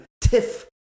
tiff